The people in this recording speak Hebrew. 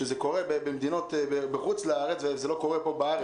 שזה קורה במדינות בחוץ לארץ וזה לא קורה פה בארץ.